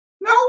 No